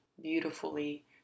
beautifully